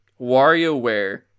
warioware